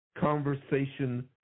Conversation